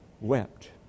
wept